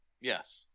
Yes